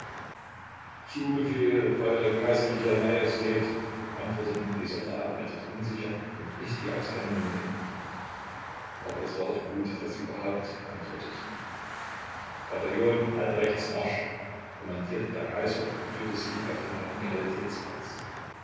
zu befehl eure kaiserliche majestät antworteten die soldaten etwas unsicher und nicht wie aus einem munde aber es war noch gut daß sie überhaupt antworteten bataillon halb rechts marsch kommandierte der kaiser und führte sie auf den